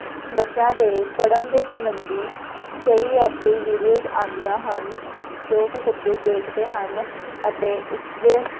ਬੱਚਿਆਂ ਦੇ ਪੜ੍ਹਨ ਦੇ ਸਬੰਧੀ ਕਈ ਐਸੇ ਵੀਡੀਓਜ਼ ਆਉਂਦੀਆਂ ਹਨ ਜੋ ਕਿ ਬੱਚੇ ਦੇਖਦੇ ਹਨ ਅਤੇ ਉਸ ਦੇ